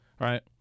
right